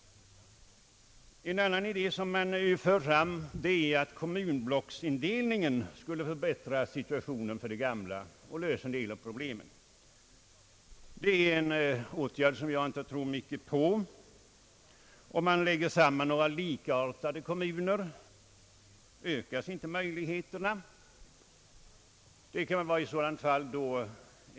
En annan idé som man för fram är att kommunblocksbildningen skulle förbättra situationen för de gamla och lösa hela problemet. Det är en åtgärd som jag inte tror mycket på. Om man sammanlägger några likartade svaga kommuner, ökas inte möjligheterna till förbättringar.